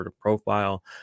profile